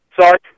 Sorry